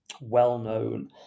well-known